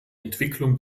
entwicklung